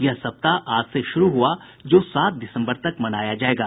यह सप्ताह आज से शुरू हुआ जो सात दिसम्बर तक मनाया जायेगा